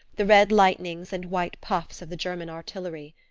the red lightnings and white puffs of the german artillery.